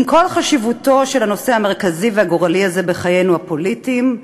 עם כל חשיבותו של הנושא המרכזי והגורלי הזה בחיינו הפוליטיים,